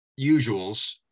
usuals